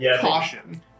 caution